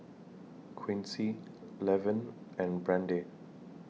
Quincy Levin and Brande